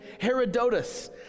Herodotus